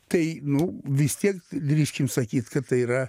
tai nu vis tiek drįskim sakyt kad tai yra